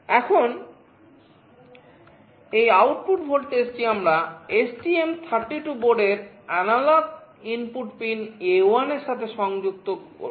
এখন এই আউটপুট ভোল্টেজটি আমরা STM32 বোর্ডের অ্যানালগ ইনপুট পিন A1 এর সাথে সংযুক্ত করেছি